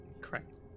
Correct